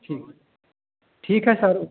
ठीक ठीक है सर